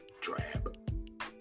drab